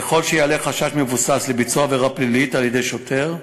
ככל שיעלה חשש מבוסס לביצוע עבירה פלילית על-ידי שוטר,